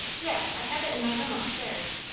yes. i have it in my room up-stairs.